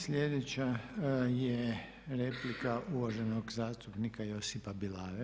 Sljedeća je replika uvaženog zastupnika Josipa Bilavera.